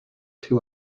two